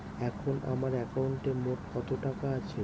এখন আমার একাউন্টে মোট কত টাকা আছে?